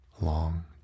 long